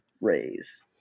raise